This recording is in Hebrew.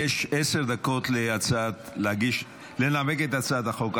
יש עשר דקות לנמק את הצעת החוק,